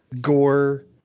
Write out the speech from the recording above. gore